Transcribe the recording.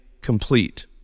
complete